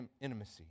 intimacy